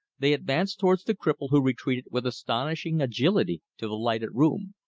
they advanced toward the cripple, who retreated with astonishing agility to the lighted room.